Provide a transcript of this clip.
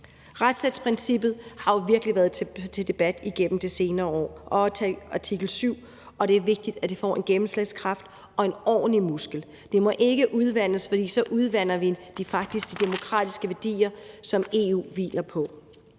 Retsstatsprincippet og artikel 7 har jo virkelig været til debat igennem de senere år, og det er vigtigt, at det får en gennemslagskraft og en ordentlig muskel. Det må ikke udvandes, for så udvander vi faktisk de demokratiske værdier, som EU hviler på.